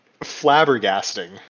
flabbergasting